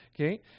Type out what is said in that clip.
okay